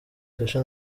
sacha